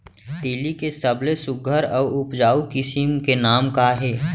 तिलि के सबले सुघ्घर अऊ उपजाऊ किसिम के नाम का हे?